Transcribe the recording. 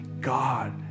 God